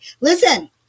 listen